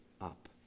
up